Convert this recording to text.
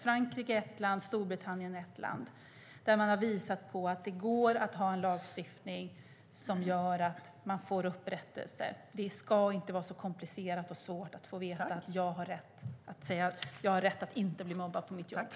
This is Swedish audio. Frankrike är ett land och Storbritannien ett annat som har visat på att det går att ha en lagstiftning som gör att man får upprättelse. Det ska inte vara så komplicerat och svårt att få veta att jag har rätt att säga: Jag har rätt att inte bli mobbad på mitt jobb.